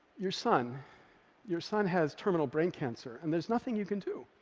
your son your son has terminal brain cancer, and there's nothing you can do.